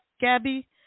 Gabby